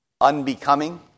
unbecoming